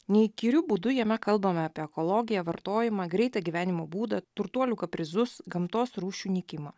neįkyriu būdu jame kalbama apie ekologiją vartojimą greitą gyvenimo būdą turtuolių kaprizus gamtos rūšių nykimą